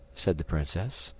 said the princess.